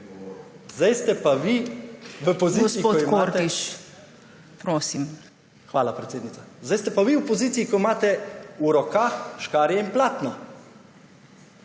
Zdaj ste pa vi v poziciji, ko imate v rokah škarje in platno.